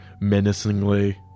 menacingly